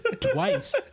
Twice